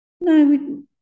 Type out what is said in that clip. No